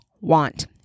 want